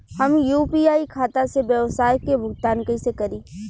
हम यू.पी.आई खाता से व्यावसाय के भुगतान कइसे करि?